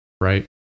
Right